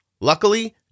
Luckily